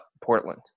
Portland